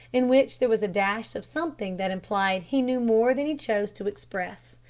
in which there was a dash of something that implied he knew more than he chose to express.